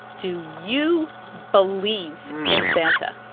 do you believe in santa?